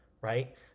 Right